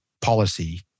policy